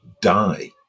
die